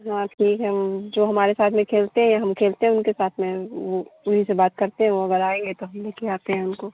हाँ ठीक है जो हमारे साथ में खेलते हैं हम खेलते हैं उनके साथ में वो उन्हीं से बात करते हैं वो अगर आएंगे तो हम लेके आते हैं उनको